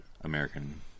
American